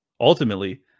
ultimately